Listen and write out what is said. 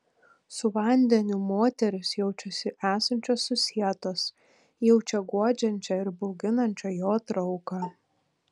su vandeniu moterys jaučiasi esančios susietos jaučia guodžiančią ir bauginančią jo trauką